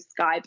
Skype